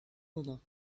moment